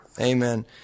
Amen